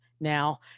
now